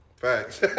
Facts